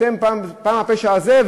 אתם פעם בפשע הזה,